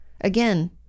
again